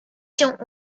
się